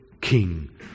king